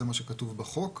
זה מה שכתוב בחוק.